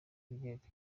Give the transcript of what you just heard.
kugenda